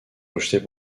rejetées